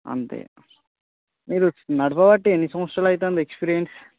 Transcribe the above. అంతే మీరు నడపబట్టి ఎన్ని సంవత్సరాలు అవుతోంది ఎక్స్పీరియన్స్